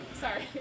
Sorry